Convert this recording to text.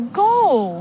goal